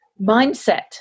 mindset